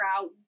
out